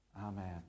Amen